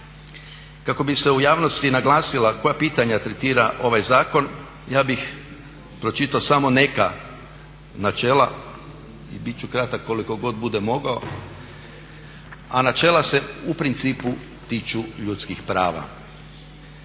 Kako bi se u javnosti naglasilo koja pitanja tretira ovaj zakon ja bih pročitao samo neka načela i bit ću kratak